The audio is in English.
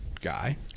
guy